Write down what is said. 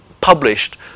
published